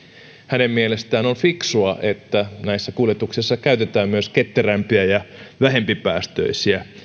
hänen mielestään on fiksua että näissä kuljetuksissa käytetään myös ketterämpiä ja vähempipäästöisiä